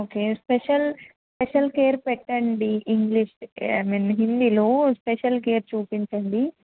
okay special special care పెట్టండి English I mean హిందీలో special care చూపించండి